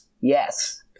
Yes